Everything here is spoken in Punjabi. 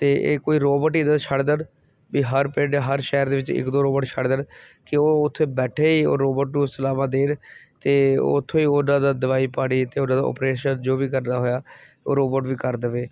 ਅਤੇ ਇਹ ਕੋਈ ਰੋਬੋਟ ਹੀ ਛੱਡ ਦੇਣ ਵੀ ਹਰ ਪਿੰਡ ਹਰ ਸ਼ਹਿਰ ਦੇ ਵਿੱਚ ਇੱਕ ਦੋ ਰੋਬੋਟ ਛੱਡ ਦੇਣ ਕਿ ਉਹ ਉੱਥੇ ਬੈਠੇ ਹੀ ਉਹ ਰੋਬੋਟ ਨੂੰ ਸਲਾਹਾਂ ਦੇਣ ਅਤੇ ਉਥੋਂ ਹੀ ਉਹਨਾਂ ਦਾ ਦਵਾਈ ਪਾਣੀ ਅਤੇ ਉਹਨਾਂ ਦਾ ਆਪਰੇਸ਼ਨ ਜੋ ਵੀ ਕਰਨਾ ਹੋਇਆ ਉਹ ਰੋਬੋਟ ਵੀ ਕਰ ਦੇਵੇ